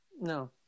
No